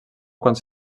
quants